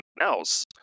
else